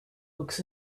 looks